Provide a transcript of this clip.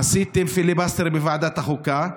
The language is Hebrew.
עשיתם פיליבסטר בוועדת החוקה,